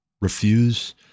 refuse